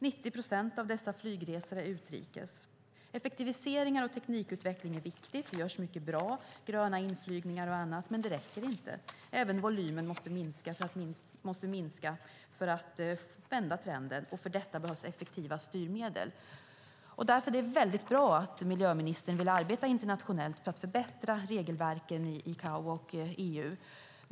90 procent av dessa flygresor är utrikes. Effektiviseringar och teknikutveckling är viktigt. Det görs mycket bra, gröna inflygningar och annat, men det räcker inte. Även volymen måste minska för att vända trenden. För detta behövs effektiva styrmedel. Därför är det bra att miljöministern vill arbeta internationellt för att förbättra regelverken i ICAO och EU.